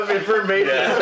information